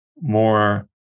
more